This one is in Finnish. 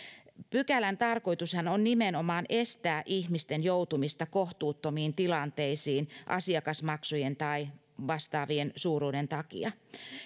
pykälän tarkoitushan on nimenomaan estää ihmisten joutumista kohtuuttomiin tilanteisiin asiakasmaksujen tai vastaavien suuruuden takia